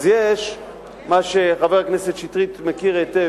אז יש מה שחבר הכנסת שטרית מכיר היטב